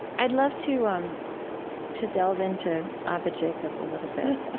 i'd love to um to delve into abba jacob a little bit.